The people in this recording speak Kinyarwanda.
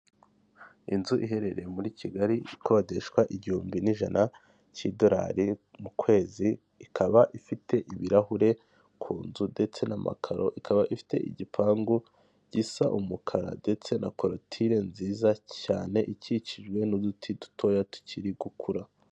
Umuhanda mwiza kandi ufite isuku bashyizeho akayira k'abanyamaguru gahagije, bamwe baratambuka abandi nabo bagakora imyitozo ngororamubiri, ku mpande hariho inyubako ikorerwamo n'ikigo cyitwa radiyanti gikora ibigendanye n'ubwizigame ndetse no kwishinganisha.